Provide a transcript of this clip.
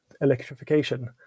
electrification